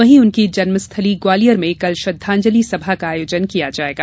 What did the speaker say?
वहीं उनकी जन्मस्थलि ग्वालियर में कल श्रद्धांजलि सभा का आयोजन किया जाएगा